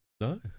No